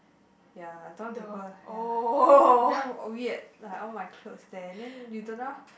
ya I don't want people ya very weird like all my clothes there and then you don't know